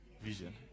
vision